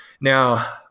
Now